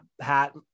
hat